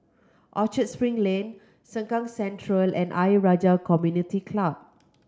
Orchard Spring Lane Sengkang Central and Ayer Rajah Community Club